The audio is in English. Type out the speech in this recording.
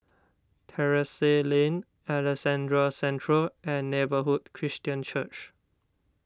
Terrasse Lane Alexandra Central and Neighbourhood Christian Church